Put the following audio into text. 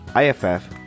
IFF